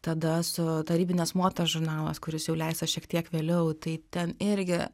tada su tarybinės moters žurnalas kuris jau leistas šiek tiek vėliau tai ten irgi